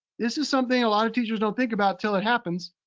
this is something a lot of teachers don't think about until it happens.